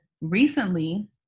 recently